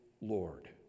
Lord